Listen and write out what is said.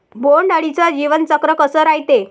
बोंड अळीचं जीवनचक्र कस रायते?